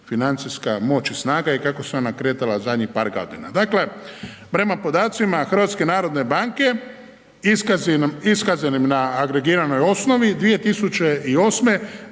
financijska moć i snaga i kako se ona kretala zadnjih par godina. Dakle, prema podacima HNB-a iskazanim na agregiranoj osnovi, 2008.